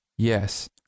Yes